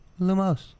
lumos